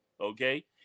okay